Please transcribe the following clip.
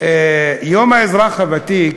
יום האזרח הוותיק,